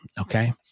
okay